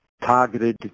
targeted